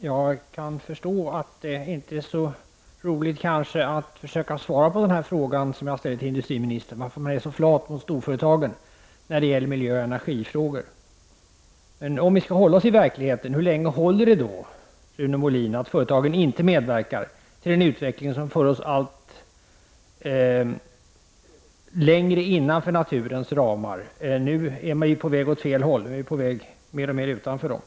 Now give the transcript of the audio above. Herr talman! Jag kan förstå att det inte är så roligt att försöka svara på frågan som jag ställde till industriministern, varför man är så flat mot storföretagen när det gäller miljöoch energifrågor. Men om vi skall hålla oss till verkligheten, hur länge håller det då, Rune Molin, att företagen inte med verkar till en utveckling som för oss längre innanför naturens ramar? Nu är man ju på väg åt fel håll, mer och mer utanför den.